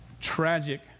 Tragic